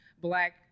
black